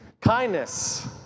Kindness